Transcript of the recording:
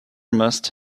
must